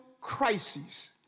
crisis